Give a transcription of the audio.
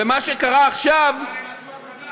ומה שקרה עכשיו, אבל הם עשו הקלה.